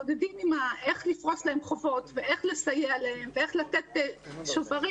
איך לפרוס להם חובות ואיך לסייע להם ואיך לתת שוברים